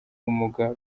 ubumuga